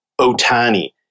Otani